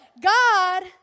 God